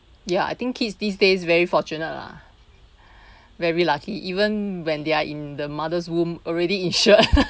ya I think kids these days very fortunate lah very lucky even when they are in the mother's womb already insured